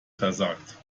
versagt